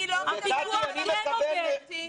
אני מדברת על בתי הספר.